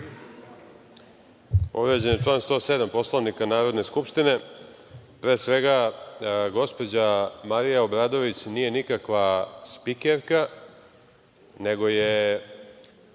povređen je član 107. Poslovnika Narodne skupštine. Pre svega, gospođa Marija Obradović nije nikakva spikerka, nego je